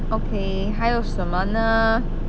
okay 还有什么呢